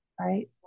right